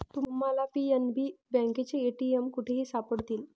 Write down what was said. तुम्हाला पी.एन.बी बँकेचे ए.टी.एम कुठेही सापडतील